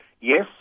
Yes